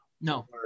no